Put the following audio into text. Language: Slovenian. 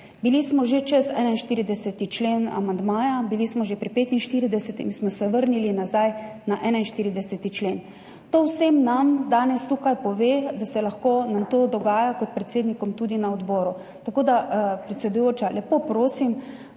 bili smo že čez 41. člen, amandma, bili smo že pri 45. in smo se vrnili nazaj na 41. člen. To vsem nam danes tu pove, da se nam lahko to dogaja kot predsednikom tudi na odboru. Zato, predsedujoča, lepo prosim,